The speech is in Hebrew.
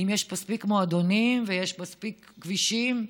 אם יש מספיק מועדונים ויש מספיק כבישים,